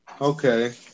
Okay